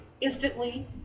instantly